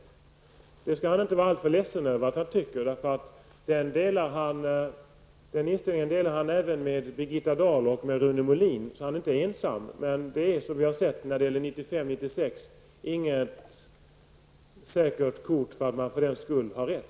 Den åsikten skall han inte vara ledsen över, ty den inställningen delar han även med Birgitta Dahl och Rune Molin, så han är inte ensam. Men, som vi har sett, när det gäller 1995--1996 är detta inget bevis för att man för den skull har rätt.